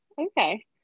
okay